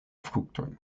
fruktojn